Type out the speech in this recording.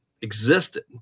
existed